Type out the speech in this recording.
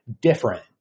different